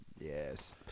yes